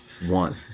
One